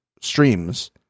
streams